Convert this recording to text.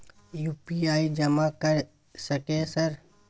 UPI जमा कर सके सर?